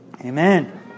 amen